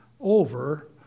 over